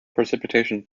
precipitation